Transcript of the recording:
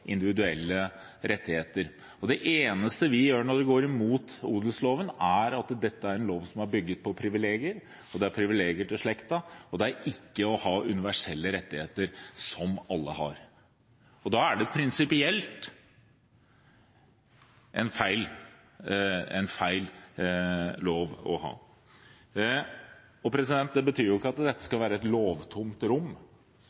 individuelle rettigheter. Det eneste som gjør at vi går imot odelsloven, er at dette er en lov som er bygget på privilegier, og det er privilegier til slekta, og det er ikke å ha universelle rettigheter som alle har. Da er det prinsipielt sett en feil lov å ha. Det betyr ikke at dette